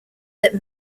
that